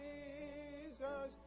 Jesus